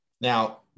Now